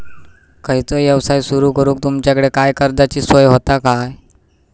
खयचो यवसाय सुरू करूक तुमच्याकडे काय कर्जाची सोय होता काय?